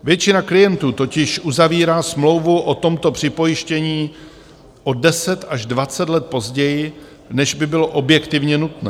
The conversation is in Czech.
Většina klientů totiž uzavírá smlouvu o tomto připojištění o 10 až 20 let později, než by bylo objektivně nutné.